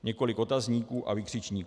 Několik otazníků a vykřičníků.